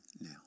now